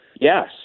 yes